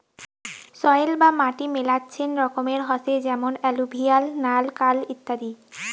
soil বা মাটি মেলাচ্ছেন রকমের হসে যেমন এলুভিয়াল, নাল, কাল ইত্যাদি